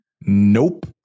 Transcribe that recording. Nope